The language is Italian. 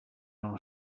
non